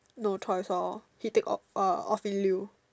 no choice lor he take uh off in lieu